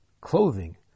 clothing